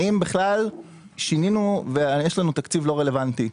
האם בכלל שינינו ויש לנו תקציב לא רלוונטי?